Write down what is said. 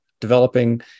developing